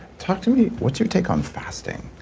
talk to me. what's your take on fasting?